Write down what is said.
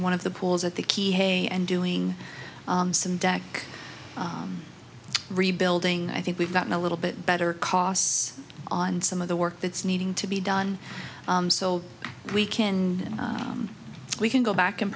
one of the pools at the key hay and doing some deck rebuilding i think we've gotten a little bit better costs on some of the work that's needing to be done so we can we can go back and